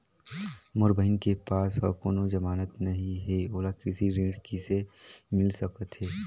मोर बहिन के पास ह कोनो जमानत नहीं हे, ओला कृषि ऋण किसे मिल सकत हे?